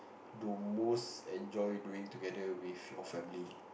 do most enjoy doing together with your family